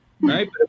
right